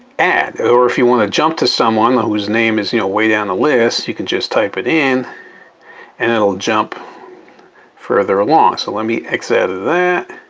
add or if you want to jump to someone whose name is you know way down the list, you can just type it in and it'll jump further along. so let me exit out of that